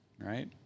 Right